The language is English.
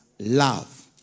love